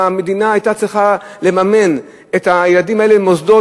אם המדינה היתה צריכה לממן את הילדים האלה במוסדות,